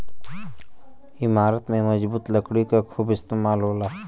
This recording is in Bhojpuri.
इमारत में मजबूत लकड़ी क खूब इस्तेमाल होला